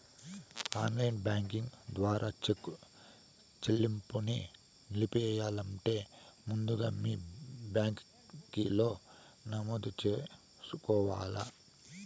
online banking ద్వారా cheque సెల్లింపుని నిలిపెయ్యాలంటే ముందుగా మీ బ్యాంకిలో నమోదు చేసుకోవల్ల